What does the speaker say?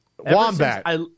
Wombat